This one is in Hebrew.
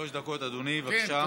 שלוש דקות, אדוני, בבקשה.